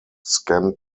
scan